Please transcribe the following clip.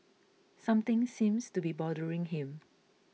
something seems to be bothering him